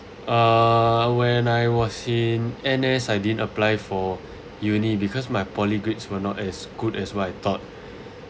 err when I was in N_S I didn't apply for uni because my poly grades were not as good as what I thought